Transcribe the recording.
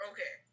Okay